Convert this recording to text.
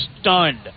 stunned